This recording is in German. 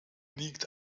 liegt